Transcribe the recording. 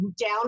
down